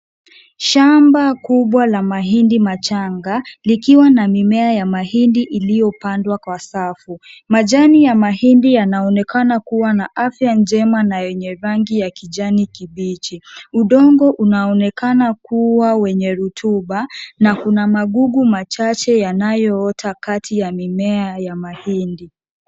Shamba kubwa la mahindi machanga, likiwa na mimea ya mahindi iliyopandwa kwa safu. Majani ya mahindi yanaonekana kuwa na afya njema na yenye rangi ya kijani kibichi. Udongo unaonekana kuwa wenye rutuba na kuna magugu machache yanayoota kati ya mimea ya mahindi.